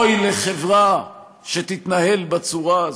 אוי לחברה שתתנהל בצורה הזאת,